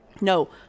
No